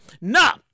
Nah